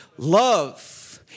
Love